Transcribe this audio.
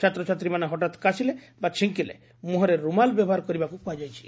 ଛାତ୍ରଛାତ୍ରୀମାନେ ହଠାତ୍ କାଶିଲେ ବା ଛିକିଲେ ମୁହଁରେ ରୁମାଲ୍ ବ୍ୟବହାର କରିବାକୁ କୁହାଯାଇଛି